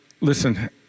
listen